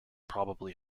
probably